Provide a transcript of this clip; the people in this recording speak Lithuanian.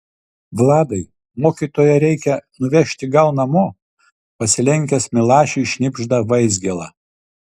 vladai mokytoją reikia nuvežti gal namo pasilenkęs milašiui šnibžda vaizgėla